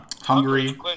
Hungary